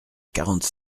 quarante